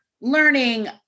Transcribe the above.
learning